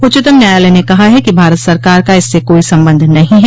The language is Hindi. उच्चतम न्यायलय ने कहा है कि भारत सरकार का इससे कोई संबंद्व नहीं है